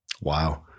Wow